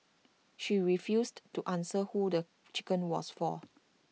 she refused to answer who the chicken was for